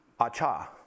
Acha